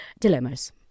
Dilemmas